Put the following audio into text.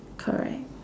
correct